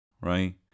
right